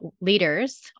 leaders